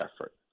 effort